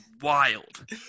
wild